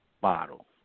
bottle